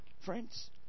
friends